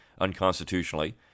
unconstitutionally